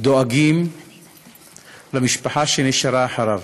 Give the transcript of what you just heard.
דואגים למשפחה שנשארה אחריו.